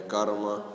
Karma